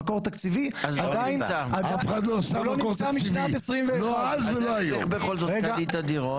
המקור התקציבי עדיין לא נמצא משנת 2021. אז איך בכל זאת קנית דירות?